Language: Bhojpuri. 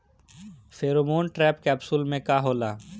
फेरोमोन ट्रैप कैप्सुल में का होला?